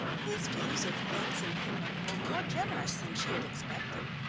his views of things and people were more generous than she had expected.